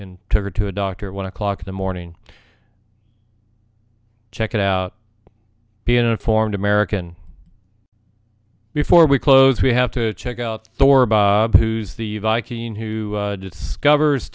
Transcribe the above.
and took her to a doctor at one o'clock in the morning check it out be an informed american before we close we have to check out for bob who's the viking who discovers